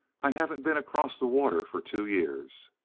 i haven't been across the water for two years.